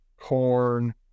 corn